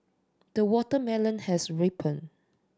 the watermelon has ripened